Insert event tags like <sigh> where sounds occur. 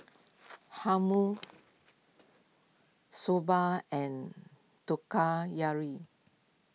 Hummus Soba and <unintelligible>